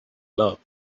love